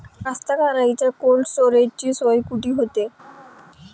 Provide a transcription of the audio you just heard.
कास्तकाराइच्या कोल्ड स्टोरेजची सोय कुटी होते?